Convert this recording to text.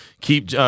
keep